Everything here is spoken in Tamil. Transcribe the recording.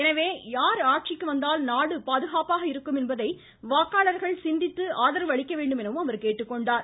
எனவே யார் ஆட்சிக்கு வந்தால் நாடு பாதுகாப்பாக இருக்கும் என்பதை வாக்காளர்கள் சிந்தித்து ஆதரவு அளிக்க வேண்டும் என்று கேட்டுக்கொண்டார்